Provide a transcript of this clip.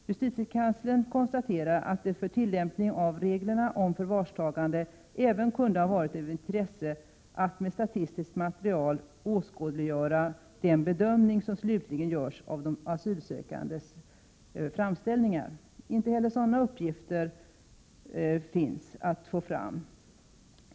Justitiekanslern konstaterar att det för tillämpningen av reglerna om förvarstagande även kunde ha varit av intresse att med statistiskt material åskådliggöra den bedömning som slutligen görs av de asylsökandes framställningar. Inte heller sådana uppgifter går att få fram.